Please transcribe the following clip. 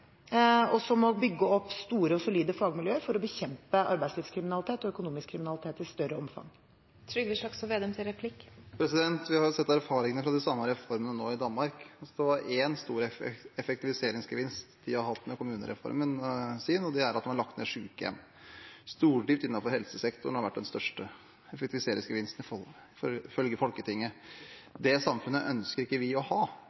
og som må bygge opp store og solide fagmiljøer for å bekjempe arbeidslivskriminalitet og økonomisk kriminalitet i større omfang. Vi har sett erfaringene av de samme reformene i Danmark. De har hatt én stor effektiviseringsgevinst med kommunereformen, og det er at man har lagt ned sykehjem. Stordrift innenfor helsesektoren har vært den største effektiviseringsgevinsten, ifølge Folketinget. Et slikt samfunn ønsker ikke vi å ha,